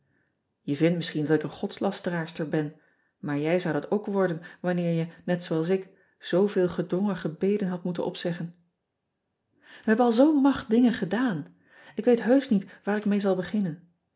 e vindt misschien dat ik een godslasteraarster ben maar jij zou dat ook worden wanneer je net zooals ik zooveel gedwongen gebeden had moeten opzeggen e hebben al zoo n macht dingen gedaan k weet heusch niet waar ik mee zal beginners